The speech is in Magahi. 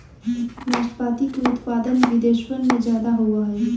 नाशपाती के उत्पादन विदेशवन में ज्यादा होवा हई